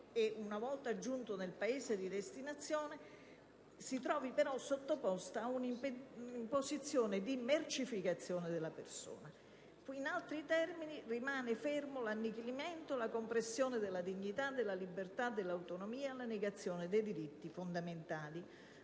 e una volta giunta nel Paese di destinazione si trova però sottoposta ad una posizione di mercificazione della persona. In altri termini, rimane fermo l'annichilimento, la compressione della dignità, della libertà dell'autonomia e la negazione dei diritti fondamentali